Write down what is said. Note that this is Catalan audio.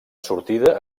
sortida